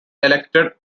elected